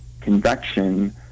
convection